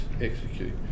execute